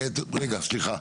רגע, סליחה.